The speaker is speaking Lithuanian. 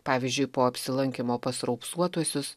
pavyzdžiui po apsilankymo pas raupsuotuosius